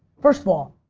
first of all,